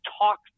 talk